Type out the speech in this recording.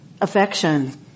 affection